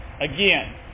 Again